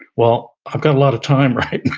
well, i've got a lot of time right now.